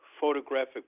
photographic